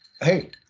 hey